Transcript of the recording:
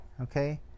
okay